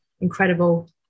Incredible